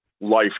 life